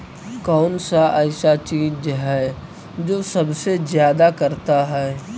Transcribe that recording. कौन सा ऐसा चीज है जो सबसे ज्यादा करता है?